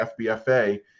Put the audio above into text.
FBFA